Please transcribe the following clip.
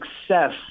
success